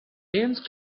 dense